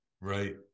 Right